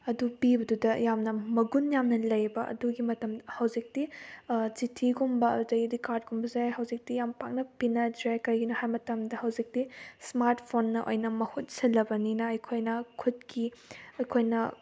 ꯑꯗꯨ ꯄꯤꯕꯗꯨꯗ ꯌꯥꯝꯅ ꯃꯒꯨꯟ ꯌꯥꯝꯅ ꯂꯩꯌꯦꯕ ꯑꯗꯨꯒꯤ ꯃꯇꯝ ꯍꯧꯖꯤꯛꯇꯤ ꯆꯤꯊꯤꯒꯨꯝꯕ ꯑꯗꯨꯗꯒꯤꯗꯤ ꯀꯥꯔꯠꯀꯨꯝꯕꯁꯦ ꯍꯧꯖꯤꯛꯇꯤ ꯌꯥꯝ ꯄꯥꯛꯅ ꯄꯤꯅꯗ꯭ꯔꯦ ꯀꯩꯒꯤꯅꯣ ꯍꯥꯏꯕ ꯃꯇꯝꯗ ꯍꯧꯖꯤꯛꯇꯤ ꯏꯁꯃꯥꯔꯠ ꯐꯣꯟꯅ ꯑꯣꯏꯅ ꯃꯍꯨꯠ ꯁꯤꯜꯂꯕꯅꯤꯅ ꯑꯩꯈꯣꯏꯅ ꯈꯨꯠꯀꯤ ꯑꯩꯈꯣꯏꯅ